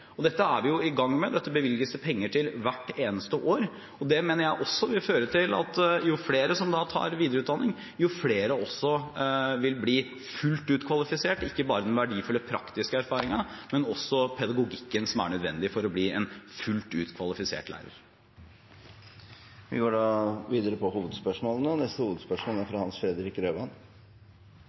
Dette er vi i gang med. Dette bevilges det penger til hvert eneste år, og det mener jeg også vil føre til at jo flere som tar videreutdanning, jo flere vil bli fullt ut kvalifisert, og ikke bare med den verdifulle praktiske erfaringen, men også med pedagogikken som er nødvendig for å bli en fullt ut kvalifisert lærer. Vi går da videre til neste hovedspørsmål. Spørsmålet går til kunnskapsministeren. Innføring av lærernormen er